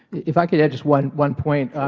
if i could add just one one point.